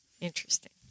Interesting